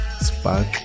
Spark